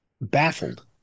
baffled